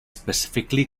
specifically